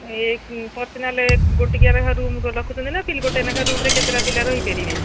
ଏଇ ପର୍ସନାଲ ଗୋଟିକିଆ ଲେଖାଏଁ ରୁମ୍ ରଖୁଛନ୍ତି ନା ଗୋଟେ ଲେଖାଏଁ ରୁମ୍ରେ କେତେଟା ପିଲା ରହିପାରିବେ